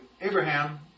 Abraham